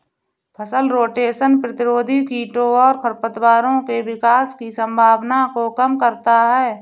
फसल रोटेशन प्रतिरोधी कीटों और खरपतवारों के विकास की संभावना को कम करता है